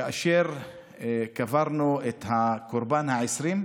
כאשר קברנו את הקורבן ה-20.